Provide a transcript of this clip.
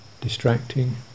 distracting